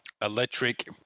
electric